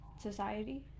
society